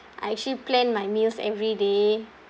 I actually plan my meals every day